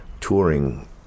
touring